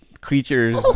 Creatures